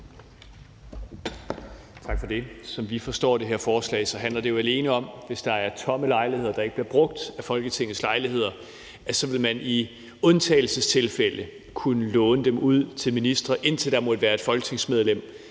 Tak for det. Som vi forstår det her forslag, handler det alene om, at hvis der er tomme lejligheder, der ikke bliver brugt, blandt Folketingets lejligheder, vil man i undtagelsestilfælde kunne låne dem ud til ministre, indtil der måtte være et folketingsmedlem,